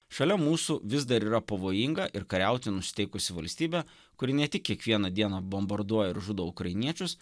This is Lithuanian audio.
šalia mūsų vis dar yra pavojinga ir kariauti nusiteikusi valstybė kuri ne tik kiekvieną dieną bombarduoja ir žudo ukrainiečius